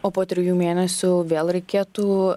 o po trijų mėnesių vėl reikėtų